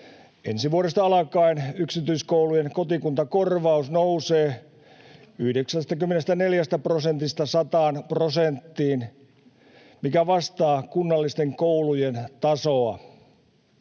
Ensi vuodesta alkaen yksityiskoulujen kotikuntakorvaus nousee 94 prosentista 100 prosenttiin, mikä vastaa kunnallisten koulujen tasoa.